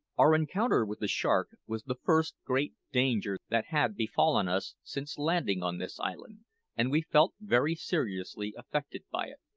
our encounter with the shark was the first great danger that had befallen us since landing on this island and we felt very seriously affected by it,